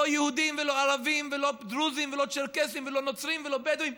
לא יהודים ולא ערבים ולא דרוזים ולא צ'רקסים ולא נוצרים ולא בדואים.